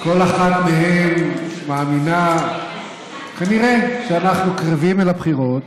כל אחת מהן מאמינה כנראה שאנחנו קרבים אל הבחירות.